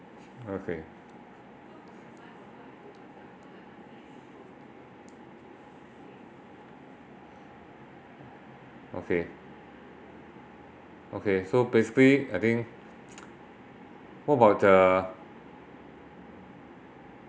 okay okay okay so basically I think what about uh